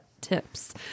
tips